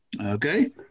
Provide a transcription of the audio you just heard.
Okay